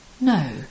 No